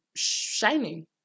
shining